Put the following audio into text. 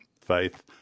faith